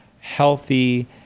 healthy